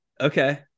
Okay